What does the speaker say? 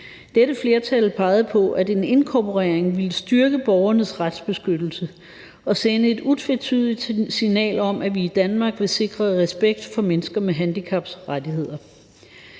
Dette flertal pegede på, at en inkorporering ville styrke borgernes retsbeskyttelse og sende et utvetydigt signal om, at vi i Danmark vil sikre respekt for mennesker med handicaps rettigheder.